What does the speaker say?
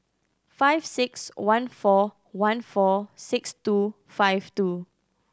five six one four one four six two five two